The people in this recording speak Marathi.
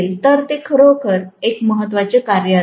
तर ते खरोखर एक महत्त्वाचे कार्य असेल